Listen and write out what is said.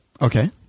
Okay